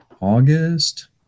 August